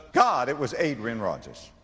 god, it was adrian rogers.